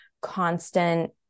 constant